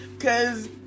Cause